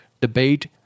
debate